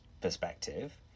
perspective